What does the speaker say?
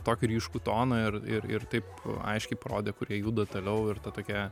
tokį ryškų toną ir ir ir taip aiškiai parodė kur jie juda toliau ir ta tokia